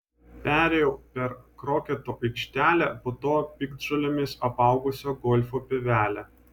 perėjau per kroketo aikštelę po to piktžolėmis apaugusią golfo pievelę